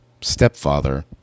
stepfather